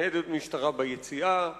ניידת משטרה ביציאה.